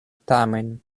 tamen